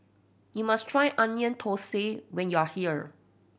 you must try Onion Thosai when you are here